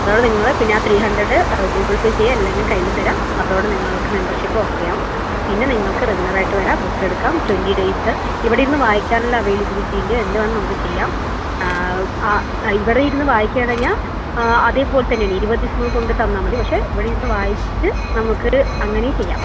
അഥവാ നിങ്ങള് പിന്നെ ആ ത്രീ ഹൺഡ്രഡ് ഗൂഗിൾ പേ ചെയ്യാം അല്ലെങ്കിൽ കയ്യിൽ തരാം അതോടെ നിങ്ങൾക്ക് മെമ്പർഷിപ്പ് ഓക്കെ ആവും പിന്നെ നിങ്ങൾക്ക് റെഗുലറായിട്ടു വരാം ബുക്കെടുക്കാം ട്വൻറ്റി ഡേയ്സ് ഇവിടെയിരുന്നു വായിക്കാനുള്ള അവൈലബിലിറ്റിയുണ്ട് എന്ത് വേണേലും നമുക്ക് ചെയ്യാം ഇവിടെയിരുന്നു വായിക്കാൻ കഴിഞ്ഞാൽ അതേപോലെത്തന്നെയാണ് ഇരുപത് ദിവസങ്ങൾ കൊണ്ട് തന്നാൽ മതി പക്ഷെ ഇവിടെയിരുന്ന് വായിച്ച് നമുക്ക് അങ്ങനേയും ചെയ്യാം